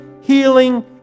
healing